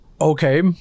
Okay